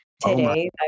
today